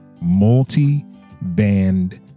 Multi-band